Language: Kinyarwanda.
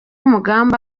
umugambi